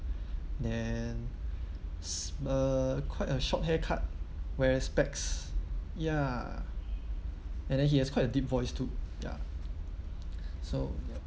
then uh quite a short hair cut wearing specs ya and then he has quite a deep voice too ya so ya